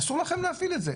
אסור לכם להפעיל את זה.